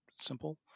Simple